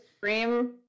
cream